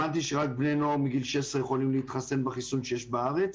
הבנתי שרק בני נוער מגיל 16 יכולים להתחסן בחיסון שיש בארץ.